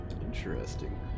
Interesting